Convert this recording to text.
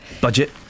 budget